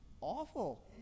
awful